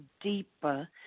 deeper